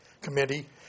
committee